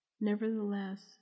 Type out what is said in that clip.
Nevertheless